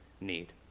need